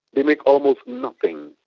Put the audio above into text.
they make almost nothing.